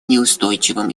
неустойчивым